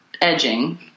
edging